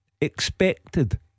expected